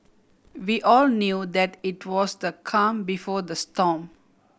we all knew that it was the calm before the storm